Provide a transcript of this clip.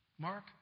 Mark